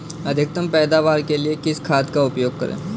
अधिकतम पैदावार के लिए किस खाद का उपयोग करें?